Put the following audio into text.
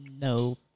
no